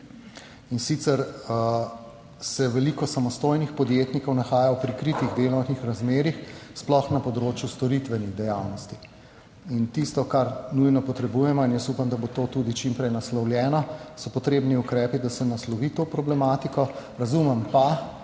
In sicer, se veliko samostojnih podjetnikov nahaja v prikritih delovnih razmerjih, sploh na področju storitvenih dejavnosti in tisto, kar nujno potrebujemo in jaz upam, da bo to tudi čim prej naslovljeno, so potrebni ukrepi, da se naslovi to problematiko, razumem pa,